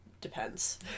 depends